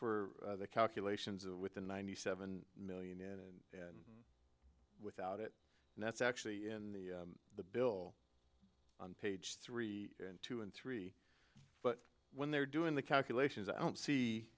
for the calculations within ninety seven million and without it and that's actually in the bill on page three and two and three but when they're doing the calculations i don't see